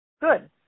Good